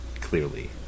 clearly